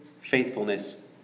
faithfulness